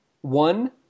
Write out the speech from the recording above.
One